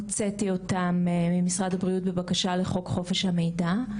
הוצאתי אותם ממשרד הבריאות בבקשה לפי חוק חופש המידע.